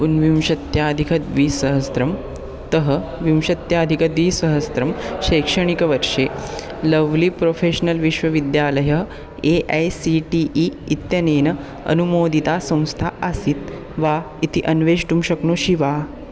ऊनविंशत्याधिकद्विसहस्रं तः विंशत्याधिकद्विसहस्रं शैक्षणिकवर्षे लव्लि प्रोफ़ेश्नल् विश्वविद्यालयः A I C T E इत्यनेन अनुमोदिता संस्था आसीत् वा इति अन्वेष्टुं शक्नोषि वा